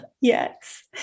Yes